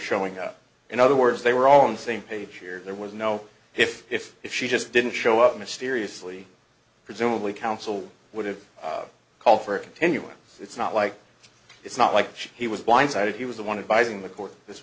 showing up in other words they were all in the same page here there was no if if if she just didn't show up mysteriously presumably counsel would have called for a continuance it's not like it's not like he was blindsided he was the one inviting the court this